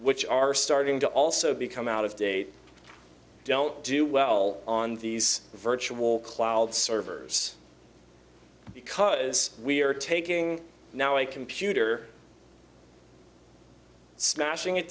which are starting to also become out of date don't do well on these virtual cloud servers because we're taking now a computer smashing it